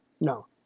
No